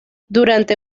durante